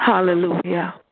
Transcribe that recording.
Hallelujah